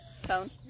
Phone